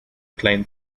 client